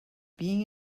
being